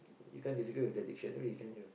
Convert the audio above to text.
you can't disagree with the dictionary can you